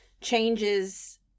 changes